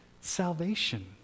salvation